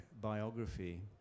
biography